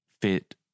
fit